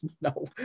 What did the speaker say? no